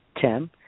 Tim